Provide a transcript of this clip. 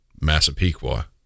Massapequa